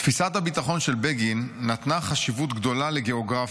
"תפיסת הביטחון של בגין נתנה חשיבות גדולה לגיאוגרפיה,